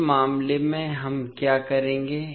इस मामले में हम क्या करेंगे